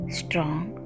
strong